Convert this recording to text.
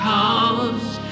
Cause